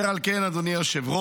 אשר על כן, אדוני היושב-ראש,